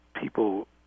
people